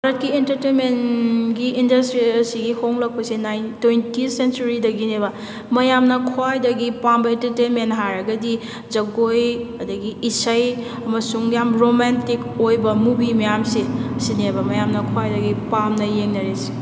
ꯚꯥꯔꯠꯀꯤ ꯏꯟꯇꯔꯇꯦꯟꯃꯦꯟꯒꯤ ꯏꯟꯗꯁꯇ꯭ꯔꯤ ꯑꯁꯤꯒꯤ ꯍꯣꯡꯂꯛꯄꯁꯦ ꯇ꯭ꯋꯦꯟꯇꯤ ꯁꯦꯟꯆꯨꯔꯤꯗꯒꯤꯅꯦꯕ ꯃꯌꯥꯝꯅ ꯈ꯭ꯋꯥꯏꯗꯒꯤ ꯄꯥꯝꯕ ꯏꯇꯔꯇꯦꯟꯃꯦꯟ ꯍꯥꯏꯔꯒꯗꯤ ꯖꯒꯣꯏ ꯑꯗꯨꯗꯒꯤꯗꯤ ꯏꯁꯩ ꯑꯃꯁꯨꯡ ꯌꯥꯝ ꯔꯣꯃꯦꯟꯇꯤꯛ ꯑꯣꯏꯕ ꯃꯨꯕꯤ ꯃꯌꯥꯝꯁꯤ ꯁꯤꯅꯦꯕ ꯃꯌꯥꯝꯅ ꯈ꯭ꯋꯥꯏꯗꯒꯤ ꯄꯥꯝꯅ ꯌꯦꯡꯅꯔꯤꯁꯤ